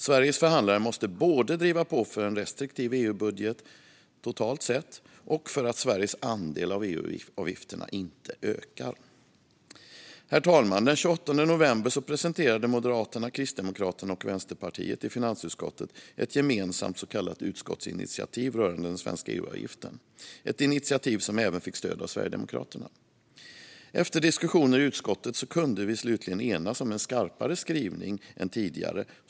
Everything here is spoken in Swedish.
Sveriges förhandlare måste driva på både för en restriktiv EUbudget totalt sett och för att Sveriges andel av EU-avgifterna inte ska höjas. Herr talman! Den 28 november presenterade Moderaterna, Kristdemokraterna och Vänsterpartiet i finansutskottet ett gemensamt så kallat utskottsinitiativ rörande den svenska EU-avgiften. Det var ett initiativ som även fick stöd av Sverigedemokraterna. Efter diskussioner i utskottet kunde vi slutligen enas om en skarpare skrivning än tidigare.